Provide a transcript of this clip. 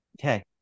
Okay